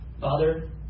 Father